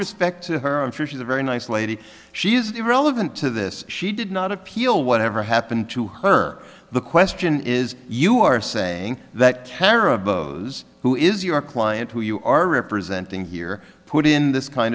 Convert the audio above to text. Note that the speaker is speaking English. respect to her i'm sure she's a very nice lady she is irrelevant to this she did not appeal whatever happened to her the question is you are saying that kara bose who is your client who you are representing here put in this kind